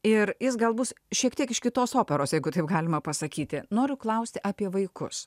ir jis gal bus šiek tiek iš kitos operos jeigu taip galima pasakyti noriu klausti apie vaikus